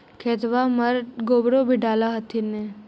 खेतबा मर गोबरो भी डाल होथिन न?